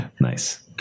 Nice